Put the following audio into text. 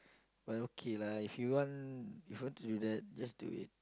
but okay lah if you want if you want to do that just do it